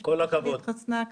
המשפחה שלי התחסנה.